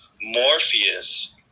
Morpheus